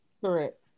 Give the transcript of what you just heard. Correct